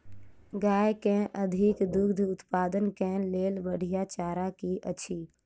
गाय केँ अधिक दुग्ध उत्पादन केँ लेल बढ़िया चारा की अछि?